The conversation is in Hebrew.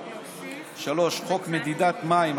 3. חוק מדידת מים,